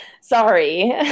Sorry